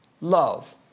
love